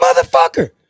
motherfucker